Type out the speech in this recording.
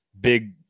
big